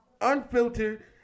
unfiltered